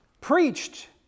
preached